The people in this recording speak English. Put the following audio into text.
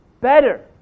better